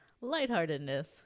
Lightheartedness